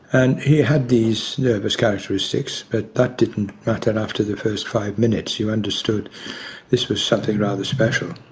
and he had these nervous characteristics, but that didn't matter after the first five minutes, you understood this was something rather special.